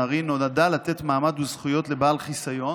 ארי נועדה לתת מעמד וזכויות לבעל חיסיון